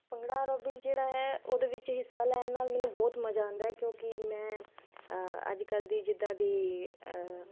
bhangra aerobics ਜਿਹੜਾ ਹੈ ਉਹਦੇ ਵਿੱਚ ਹਿੱਸਾ ਲੈਣ ਨਾਲ ਮੈਨੂੰ ਬਹੁਤ ਮਜ਼ਾ ਆਉਂਦਾ ਕਿਉਂਕਿ ਮੈਂ ਅੱਜ ਕੱਲ ਦੀ ਜਿੱਦਾਂ ਦੀ